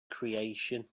creation